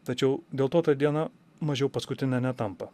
tačiau dėl to ta diena mažiau paskutine netampa